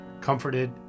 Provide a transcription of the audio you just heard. comforted